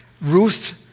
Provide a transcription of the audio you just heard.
Ruth